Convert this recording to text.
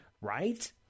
right